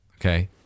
okay